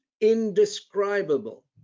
indescribable